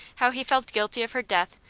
how he felt guilty of her death,